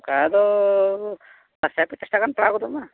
ᱚᱱᱠᱟ ᱫᱚ ᱥᱚᱭ ᱯᱚᱪᱟᱥ ᱴᱟᱠᱟ ᱜᱟᱱ ᱯᱟᱲᱟᱣ ᱜᱚᱫᱚᱜ ᱢᱟ